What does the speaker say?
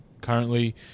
currently